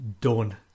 done